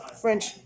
French